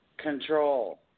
Control